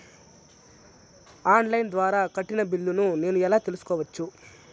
On line ద్వారా కట్టిన బిల్లును నేను ఎలా తెలుసుకోవచ్చు?